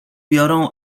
biorą